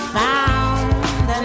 found